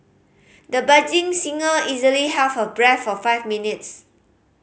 the budding singer easily held her breath for five minutes